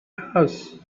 house